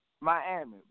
Miami